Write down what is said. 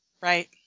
Right